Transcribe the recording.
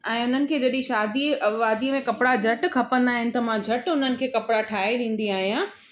ऐं उन्हनि खे जॾहिं शादीअ वादीस में कपिड़ा झटि खपंदा आहिनि त मां झटि हुननि खे कपिड़ा ठाहे ॾींदी आहियां